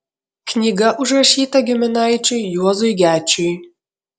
knyga užrašyta giminaičiui juozui gečiui